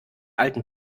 alten